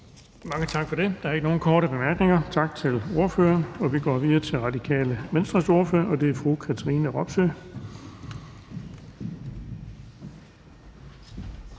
Bonnesen): Der er ikke nogen korte bemærkninger. Tak til ordføreren. Vi går videre til Radikale Venstres ordfører, og det er fru Katrine Robsøe.